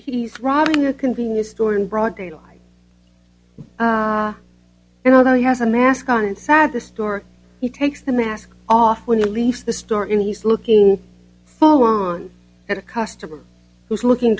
he's robbing a convenience store in broad daylight and although he has a mask on inside the store he takes the mask off when you leave the store in he's looking for one at a customer who's looking